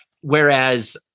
Whereas